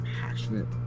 passionate